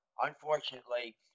unfortunately